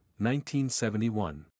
1971